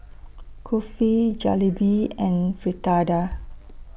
Kulfi Jalebi and Fritada